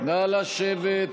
נא לשבת.